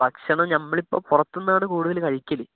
ഭക്ഷണം നമ്മൾ ഇപ്പോൾ പുറത്ത് നിന്നാണ് കൂടുതൽ കഴിക്കൽ